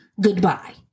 Goodbye